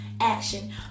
action